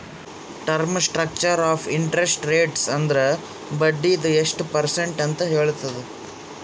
term structure of interest rates ಅಂದುರ್ ಬಡ್ಡಿದು ಎಸ್ಟ್ ಪರ್ಸೆಂಟ್ ಅಂತ್ ಹೇಳ್ತುದ್